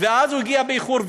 ואז הוא הגיע באיחור,